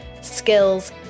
skills